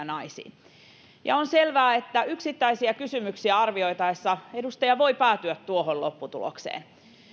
naisiin on selvää että yksittäisiä kysymyksiä arvioitaessa edustaja voi päätyä tuohon lopputulokseen